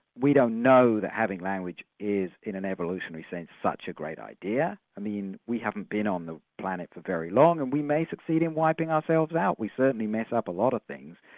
we don't know that having language is, in an evolutionary sense, such a great idea, i mean, we haven't been on this planet for very long and we may succeed in wiping ourselves out, we certainly mess up a lot of things.